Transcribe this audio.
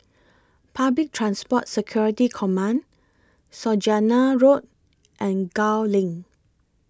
Public Transport Security Command Saujana Road and Gul LINK